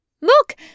Look